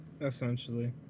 Essentially